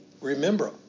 remember